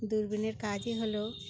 দূরবীনের কাজই হলো